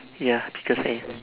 ya because I